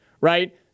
right